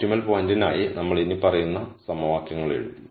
optimal പോയിന്റിനായി നമ്മൾ ഇനിപ്പറയുന്ന സമവാക്യങ്ങൾ എഴുതി